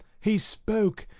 he spoke,